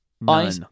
None